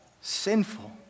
sinful